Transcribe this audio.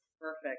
Perfect